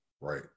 Right